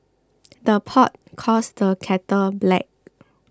the pot calls the kettle black